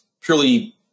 purely